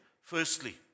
firstly